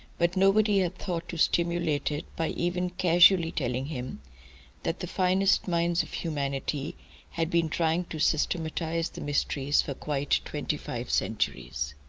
but nobody had thought to stimulate it by even casually telling him that the finest minds of humanity had been trying to systematise the mysteries for quite twenty-five centuries.